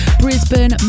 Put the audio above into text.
Brisbane